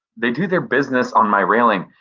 they do their business on my railing,